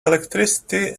electricity